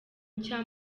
nshya